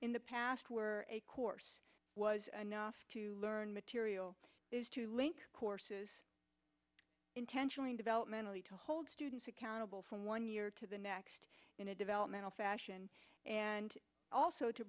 in the past were a course was enough to learn material is to link courses intentionally developmentally to hold students accountable from one year to the next in a developmental fashion and also to